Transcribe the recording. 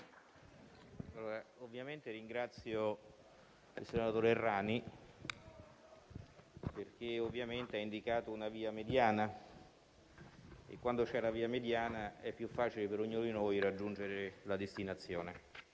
la salute*. Ringrazio il senatore Errani perché ha indicato una via mediana e, quando c'è una via mediana, è più facile per ognuno di noi raggiungere la destinazione.